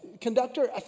conductor